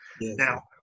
now